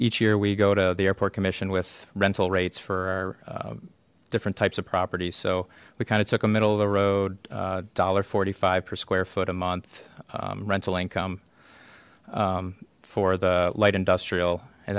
each year we go to the airport commission with rental rates for different types of properties so we kind of took a middle of the road dollar forty five per square foot a month rental income for the light industrial and